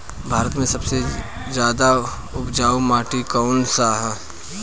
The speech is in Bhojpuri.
भारत मे सबसे ज्यादा उपजाऊ माटी कउन सा ह?